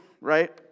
right